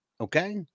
okay